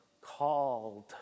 called